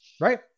Right